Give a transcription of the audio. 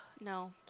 no